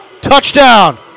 touchdown